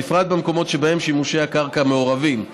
בפרט במקומות שבהם שימושי הקרקע מעורבים.